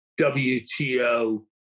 WTO